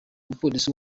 mupolisi